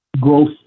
Growth